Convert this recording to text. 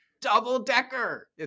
Double-decker